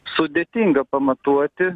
sudėtinga pamatuoti